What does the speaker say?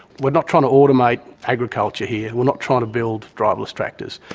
we're not trying to automate agriculture here, we're not trying to build driverless tractors.